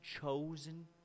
chosen